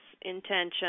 intention